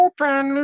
Open